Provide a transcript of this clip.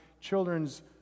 children's